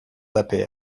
d’apl